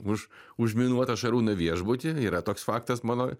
už užminuotą šarūno viešbutį yra toks faktas mano